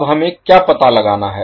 अब हमें क्या पता लगाना है